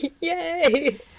Yay